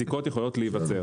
זיקות יכולות להיווצר.